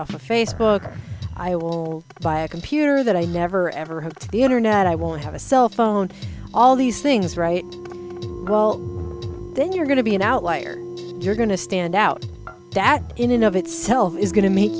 off facebook or i will buy a computer that i never ever had the internet i won't have a cell phone all these things right well then you're going to be an outlier you're going to stand out that in and of itself is going to make